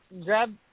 grab